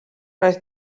roedd